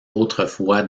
autrefois